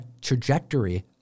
trajectory